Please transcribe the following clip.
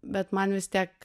bet man vis tiek